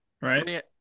right